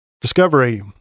Discovery